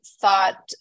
thought